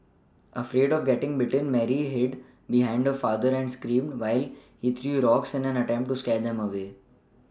afraid of getting bitten Mary hid behind her father and screamed while he threw rocks in an attempt to scare them away